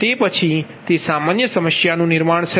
તે પછી તે સામાન્ય સમસ્યા નુ નિર્માણ છે